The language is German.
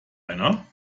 einer